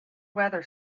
weather